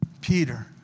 Peter